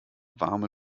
warme